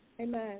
Amen